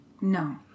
No